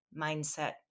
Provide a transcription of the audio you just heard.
mindset